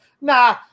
nah